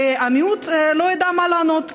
והמיעוט לא ידע מה לענות,